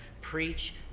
preach